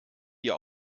dir